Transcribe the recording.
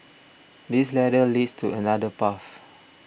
this ladder leads to another path